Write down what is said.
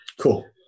Cool